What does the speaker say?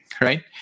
right